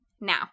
Now